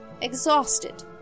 Exhausted